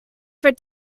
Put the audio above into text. for